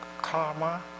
karma